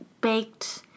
baked